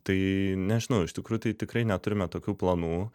tai nežinau iš tikrųjų tai tikrai neturime tokių planų